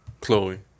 Chloe